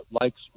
likes